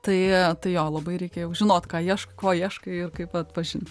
tai tai jo labai reikia jau žinot ką ieš ko ieškai ir kaip atpažint